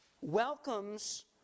welcomes